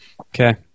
Okay